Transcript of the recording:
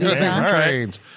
right